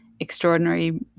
extraordinary